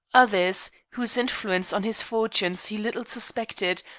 others, whose influence on his fortunes he little suspected,